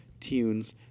tunes